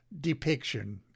depiction